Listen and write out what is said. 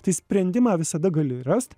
tai sprendimą visada gali rast